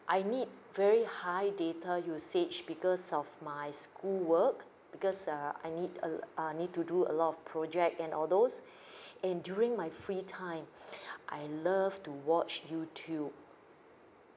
I need very high data usage because of my school work because err I need a ah I need to do a lot of project and all those and during my free time I love to watch youtube